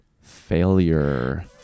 failure